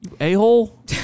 A-hole